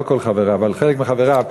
לא כל חבריו אבל חלק מחבריו,